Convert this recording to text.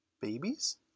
Babies